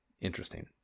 interesting